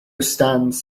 stands